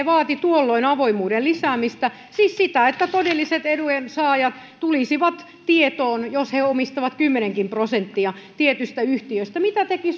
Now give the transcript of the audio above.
vaati tuolloin avoimuuden lisäämistä siis sitä että todelliset edunsaajat tulisivat tietoon jos he omistavat kymmenenkin prosenttia tietystä yhtiöstä mitä teki